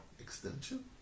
extension